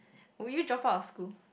would you drop out of school